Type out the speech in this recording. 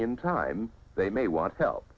in time they may want help